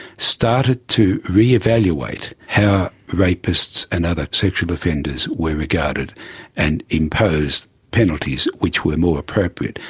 started to re-evaluate how rapists and other sexual offenders were regarded and imposed penalties which were more appropriate.